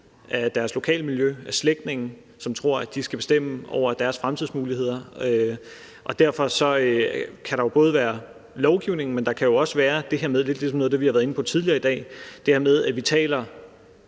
af deres lokalmiljø, af slægtninge, som tror, at de skal bestemme over deres fremtidsmuligheder, og derfor kan der jo både være lovgivning, men også det her med, som vi også har været inde på tidligere i dag, at vi taler